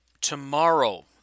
Tomorrow